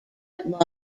but